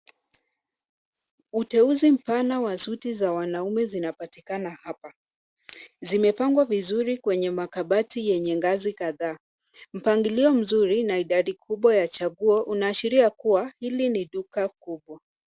Uteuzi mpana wa suti za wanaume zinapatikana hapa. Zimepangwa vizuri kwenye makabati yenye ngazi kadhaa. Mpangilio mzuri na idadi kubwa ya chaguo unaashiria kuwa hili ni duka kubwa.